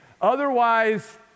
otherwise